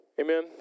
Amen